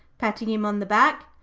patting him on the back.